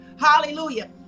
Hallelujah